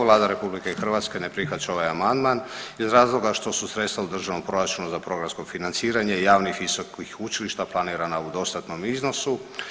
Vlada RH ne prihvaća ovaj amandman iz razloga što su sredstva u državnom proračunu za programsko financiranje javnih visokih učilišta planirana u dostatnom iznosu.